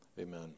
amen